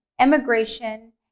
immigration